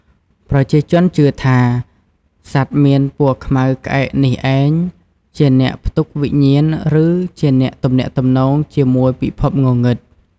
ប្រជាជនជឿថា សត្វមានពណ៌ខ្មៅក្អែកនេះឯង ជាអ្នកផ្ទុកវិញ្ញាណឬជាអ្នកទំនាក់ទំនងជាមួយពិភពងងឹត។